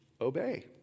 obey